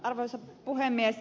arvoisa puhemies